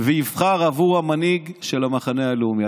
ויבחר את המנהיג של המחנה הלאומי.